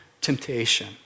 temptation